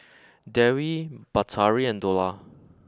Dewi Batari and Dollah